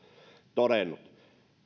todennut